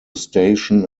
station